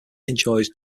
enjoys